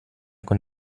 con